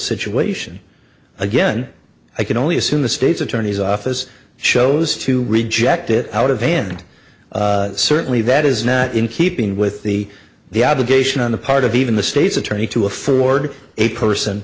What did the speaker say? situation again i can only assume the state's attorney's office shows to reject it out of hand certainly that is not in keeping with the the obligation on the part of even the state's attorney to afford a person